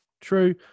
True